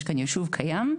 יש כאן יישוב קיים,